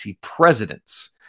presidents